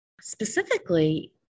Specifically